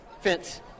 fence